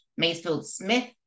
Maysfield-Smith